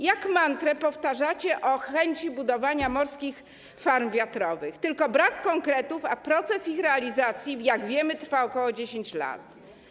Jak mantrę powtarzacie, że chcecie budowania morskich farm wiatrowych, tylko brak konkretów, a proces realizacji tych farm, jak wiemy, trwa ok. 10 lat.